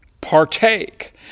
partake